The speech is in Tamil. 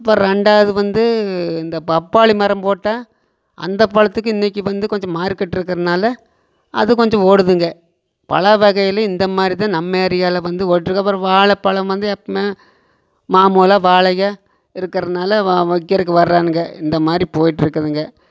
இப்போ ரெண்டாவது வந்து இந்த பப்பாளி மரம் போட்டால் அந்த பழத்துக்கு இன்றைக்கி வந்து கொஞ்சம் மார்க்கெட் இருக்கிறதுனால அது கொஞ்சம் ஓடுதுங்க பழம் வகையில் இந்த மாதிரி தான் நம்ம ஏரியாவில் வந்து ஓட்ருக அப்புறோம் வாழைப்பழம் வந்து எப்பவுமே மா மொல வாழைகள் இருக்கிறதுனால வ வைக்கிறக்கு வரானுங்க இந்த மாதிரி போயிட்டுருக்குதுங்க